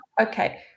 okay